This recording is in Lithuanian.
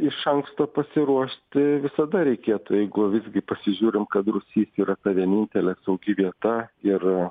iš anksto pasiruošti visada reikėtų jeigu visgi pasižiūrim kad rūsy yra ta vienintelė saugi vieta ir